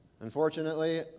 Unfortunately